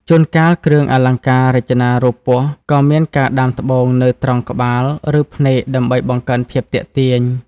ជួនកាលគ្រឿងអលង្ការរចនារូបពស់ក៏មានការដាំត្បូងនៅត្រង់ក្បាលឬភ្នែកដើម្បីបង្កើនភាពទាក់ទាញ។